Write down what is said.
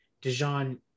Dijon